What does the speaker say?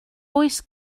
oes